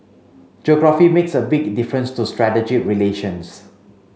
geography makes a big difference to strategic relations